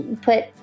put